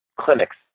clinics